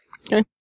Okay